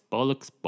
Bollocks